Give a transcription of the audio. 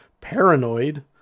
Paranoid